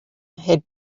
had